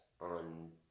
on